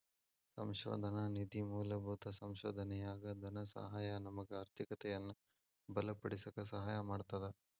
ಸಂಶೋಧನಾ ನಿಧಿ ಮೂಲಭೂತ ಸಂಶೋಧನೆಯಾಗ ಧನಸಹಾಯ ನಮಗ ಆರ್ಥಿಕತೆಯನ್ನ ಬಲಪಡಿಸಕ ಸಹಾಯ ಮಾಡ್ತದ